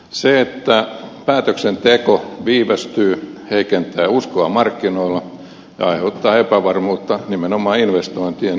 se että päätöksenteko viivästyy heikentää uskoa markkinoilla ja aiheuttaa epävarmuutta nimenomaan investointien siirtymisellä